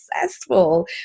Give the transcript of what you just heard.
successful